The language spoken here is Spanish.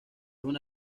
una